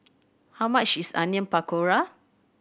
how much is Onion Pakora